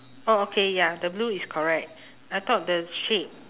oh okay ya the blue is correct I thought the shade